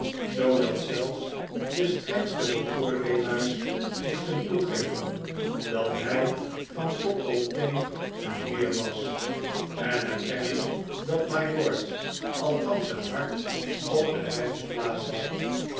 zoodat zelfs de strengste beoordeelaars moesten toegeven dat hij van top tot teen een heer was en erkennen dat mylord althans het hart op de rechte plaats had